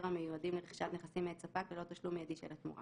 המיועדים לרכישת נכסים מאת ספק ללא תשלום מיידי של התמורה,